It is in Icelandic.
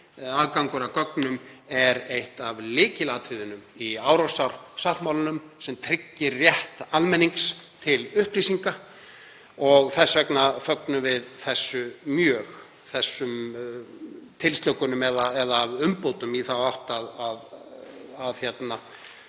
Aðgangur að gögnum er eitt af lykilatriðunum í Árósarsáttmálanum sem tryggir rétt almennings til upplýsinga og þess vegna fögnum við þessu mjög, þessum tilslökunum eða umbótum í þá átt að opna